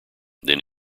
then